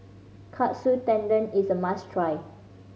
Katsu Tendon is a must try